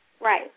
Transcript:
Right